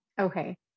Okay